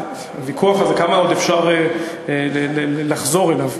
הוויכוח הזה, כמה עוד אפשר לחזור אליו?